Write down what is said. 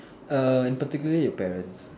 err in particularly your parents